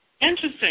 Interesting